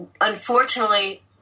Unfortunately